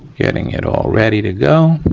getting it all ready to go